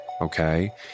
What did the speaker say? Okay